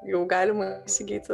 jau galima įsigyti